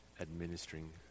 administering